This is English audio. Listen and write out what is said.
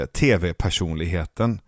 tv-personligheten